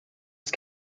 ist